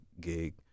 gig